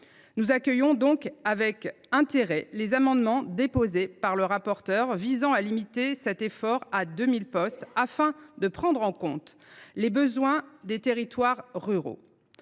Nous accueillons donc avec intérêt les amendements des rapporteurs visant à limiter cet effort à 2 000 postes, afin de prendre en compte les besoins des territoires ruraux.